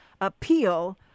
appeal